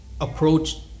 approach